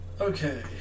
Okay